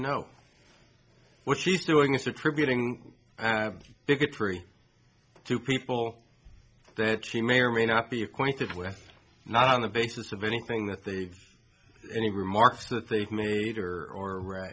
know what she's doing is attributing bigotry to people that she may or may not be acquainted with not on the basis of anything that they've any remarks that they've made or or